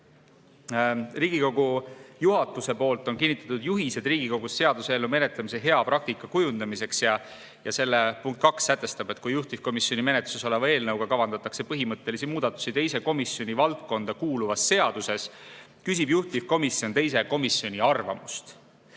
Riigikogu juhatus on kinnitanud juhise Riigikogus seaduseelnõu menetlemise hea praktika kujundamiseks ja selle punkt 2 sätestab, et kui juhtivkomisjoni menetluses oleva eelnõuga kavandatakse põhimõttelisi muudatusi teise komisjoni valdkonda kuuluvas seaduses, küsib juhtivkomisjon teise komisjoni arvamust.